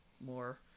more –